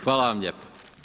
Hvala vam lijepa.